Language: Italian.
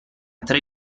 tre